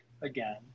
again